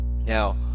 now